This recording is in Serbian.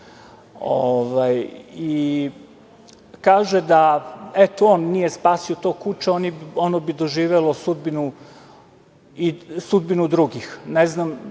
Kaže da, eto, da on nije spasio to kuče, ono bi doživelo i sudbinu drugih. Ne znam